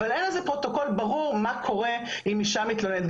אבל אין לזה פרוטוקול ברור מה קורה אם אישה מתלוננת,